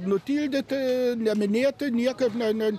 nutildyti neminėti niekaip ne ne